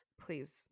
please